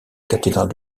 cathédrale